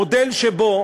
מודל שבו